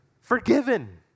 forgiven